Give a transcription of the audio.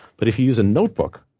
but if you use a notebook,